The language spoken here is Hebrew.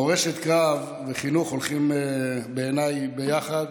מורשת קרב וחינוך הולכים בעיניי ביחד,